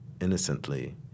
innocently